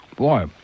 Boy